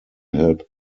help